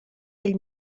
del